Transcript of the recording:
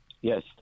Yes